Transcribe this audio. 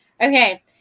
Okay